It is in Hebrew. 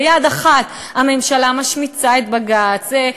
ביד אחת הממשלה משמיצה את בג"ץ,